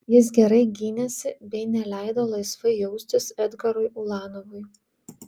jis gerai gynėsi bei neleido laisvai jaustis edgarui ulanovui